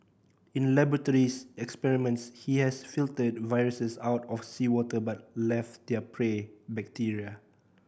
in laboratory experiments he has filtered viruses out of seawater but left their prey bacteria